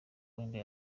wenger